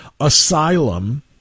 asylum